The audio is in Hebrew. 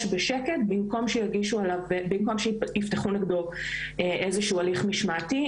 בשקט במקום שיפתחו נגדו איזה שהוא הליך משמעתי.